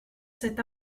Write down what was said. cet